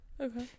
Okay